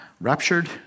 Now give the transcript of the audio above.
raptured